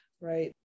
Right